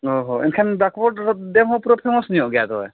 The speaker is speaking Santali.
ᱚ ᱦᱚᱸ ᱮᱱᱠᱷᱟᱱ ᱵᱟᱠᱚᱴ ᱫᱮᱦᱚ ᱯᱨᱚᱴᱚᱱᱚᱥ ᱧᱚᱜ ᱜᱮᱭᱟ ᱛᱚᱵᱮ